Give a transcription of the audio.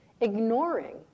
ignoring